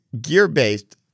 gear-based